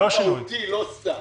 שינוי מהותי, לא סתם.